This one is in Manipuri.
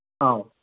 ꯑꯧ